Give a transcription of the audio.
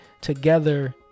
together